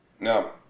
Now